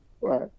right